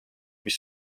mis